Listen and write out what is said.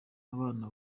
abana